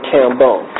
Cambon